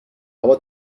هوا